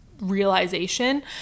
realization